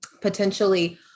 potentially